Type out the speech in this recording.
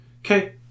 Okay